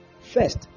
First